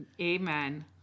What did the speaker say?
Amen